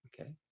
Okay